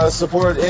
support